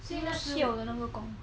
因为那 siao 的那个工